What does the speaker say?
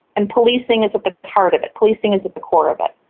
and policing is at the heart of it, policing is at the core of it.